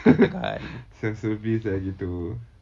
self service eh gitu